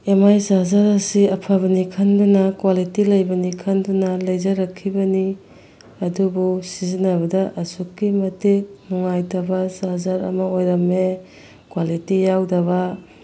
M I charger ꯑꯁꯤ ꯑꯐꯕꯅꯦ ꯈꯟꯗꯨꯅ ꯀ꯭ꯋꯥꯂꯤꯇꯤ ꯂꯩꯕꯅꯦ ꯈꯟꯗꯨꯅ ꯂꯩꯖꯔꯛꯈꯤꯕꯅꯤ ꯑꯗꯨꯕꯨ ꯁꯤꯖꯤꯟꯅꯕꯗ ꯑꯁꯨꯛꯀꯤ ꯃꯇꯤꯛ ꯅꯨꯡꯉꯥꯏꯇꯕ ꯆꯥꯔꯖꯔ ꯑꯃ ꯑꯣꯏꯔꯝꯃꯦ ꯀ꯭ꯋꯥꯂꯤꯇꯤ ꯌꯥꯎꯗꯕ